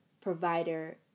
provider